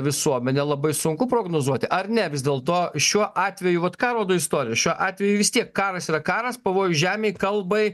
visuomenė labai sunku prognozuoti ar ne vis dėlto šiuo atveju vat ką rodo istorija šiuo atveju vis tiek karas yra karas pavojus žemei kalbai